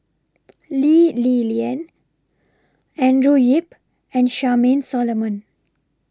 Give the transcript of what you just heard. Lee Li Lian Andrew Yip and Charmaine Solomon